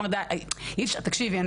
תקשיבי,